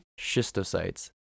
schistocytes